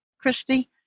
Christy